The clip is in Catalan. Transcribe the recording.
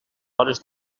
hores